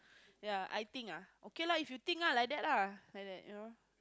yeah I think ah okay lah if you think lah like that lah like that you know